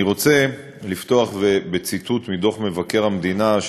אני רוצה לפתוח בציטוט מדוח מבקר המדינה,